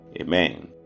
Amen